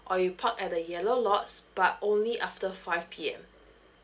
or you park at the yellow lots but only after five P_M